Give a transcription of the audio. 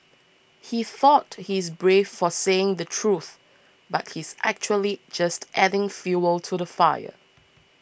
he thought he's brave for saying the truth but he's actually just adding fuel to the fire